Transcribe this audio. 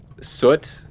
Soot